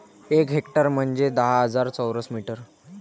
एक हेक्टर म्हंजे दहा हजार चौरस मीटर